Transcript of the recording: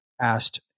asked